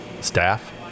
staff